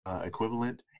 equivalent